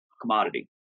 commodity